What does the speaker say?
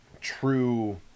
true